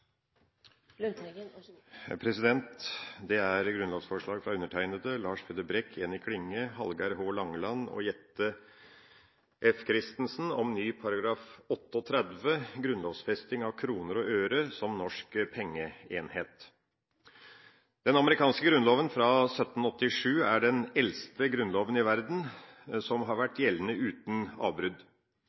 grunnlovsforslag fra Lars Peder Brekk, Jenny Klinge, Hallgeir H. Langeland, Jette F. Christensen og undertegnede om ny § 38, grunnlovfesting av kroner og øre som norsk pengeenhet. Den amerikanske grunnloven fra 1787 er den eldste grunnloven i verden som har vært gjeldende uten avbrudd.